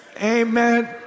Amen